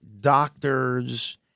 doctors